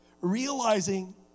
realizing